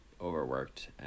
overworked